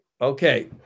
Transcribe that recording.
okay